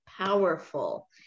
powerful